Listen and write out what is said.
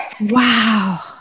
wow